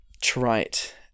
trite